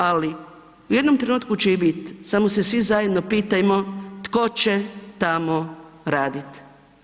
Ali u jednom trenutku će i biti, samo se svi zajedno pitajmo tko će tamo raditi.